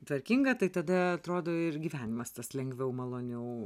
tvarkinga tai tada atrodo ir gyvenimas tas lengviau maloniau